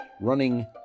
running